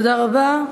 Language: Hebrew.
תודה רבה.